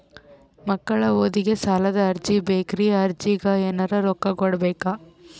ಮಕ್ಕಳ ಓದಿಗಿ ಸಾಲದ ಅರ್ಜಿ ಬೇಕ್ರಿ ಅರ್ಜಿಗ ಎನರೆ ರೊಕ್ಕ ಕೊಡಬೇಕಾ?